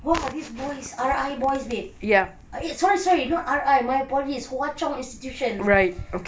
!wah! these boys R_I boys babe eh sorry sorry not R_I my apologies hwa chong institution